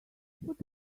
what